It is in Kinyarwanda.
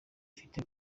ufite